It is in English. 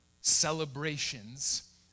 celebrations